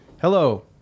Hello